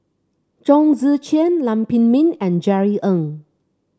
Chong Tze Chien Lam Pin Min and Jerry Ng